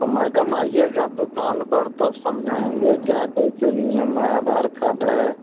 तो मैडम आइएगा दुकान पर तब समझाएँगे क्या कैसे नियम है आधार कार्ड है